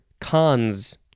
cons